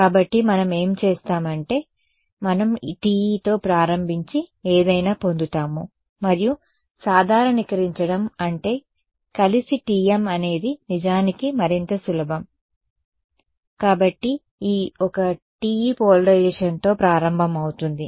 కాబట్టి మనం ఏమి చేస్తాం అంటే మనం TE తో ప్రారంభించి ఏదైనా పొందుతాము మరియు సాధారణీకరించడం అంటే కలిసి TM అనేది నిజానికి మరింత సులభం కాబట్టి ఈ ఒక TE పోలరైజేషన్తో ప్రారంభమవుతుంది